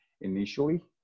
initially